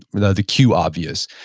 the the cue obvious,